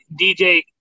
DJ